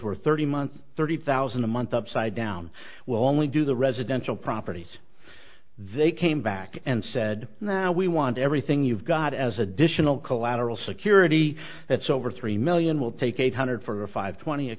we're thirty months thirty thousand a month upside down will only do the residential properties they came back and said now we want everything you've got as additional collateral security that's over three million will take eight hundred for five twenty